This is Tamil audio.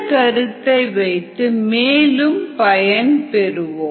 இந்த கருத்தை வைத்து மேலும் பயன் பெறுவோம்